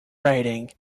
riding